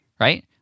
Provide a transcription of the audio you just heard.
right